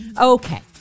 Okay